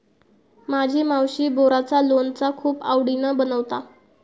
माझी मावशी बोराचा लोणचा खूप आवडीन बनवता